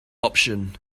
option